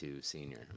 Senior